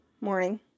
morning